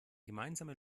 gemeinsame